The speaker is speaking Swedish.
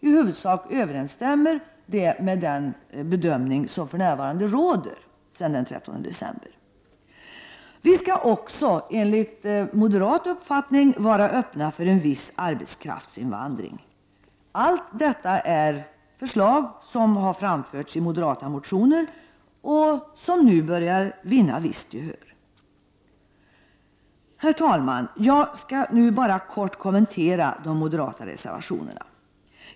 I huvudsak överensstämmer detta med den praxis som tillämpas sedan den 13 december. Vi skall också vara öppna för en viss arbetskraftsinvandring. Allt detta är i enlighet med vad som föreslagits i moderata motioner, förslag som nu börjar vinna visst gehör. Herr talman! Jag skall nu i korthet kommentera de moderata reservationerna i betänkande nr 19.